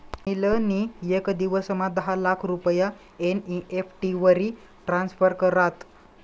अनिल नी येक दिवसमा दहा लाख रुपया एन.ई.एफ.टी वरी ट्रान्स्फर करात